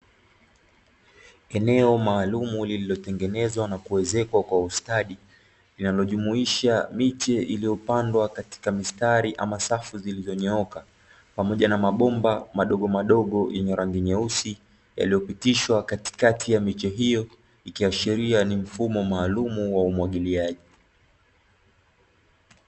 Eneo maalumu lililotengenezwa na kuezekwa kwa ustadi, linalojumuisha miche iliyopandwa katika mistari ama safu zilizonyooka, pamoja na mabomba madogomadogo yenye rangi nyeusi yaliyopitishwa katikati ya miche hiyo, ikiashiria ni mfumo maalumu wa umwagiliaji.